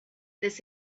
this